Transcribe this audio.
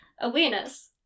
Awareness